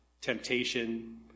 temptation